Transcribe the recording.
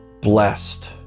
blessed